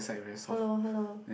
hello hello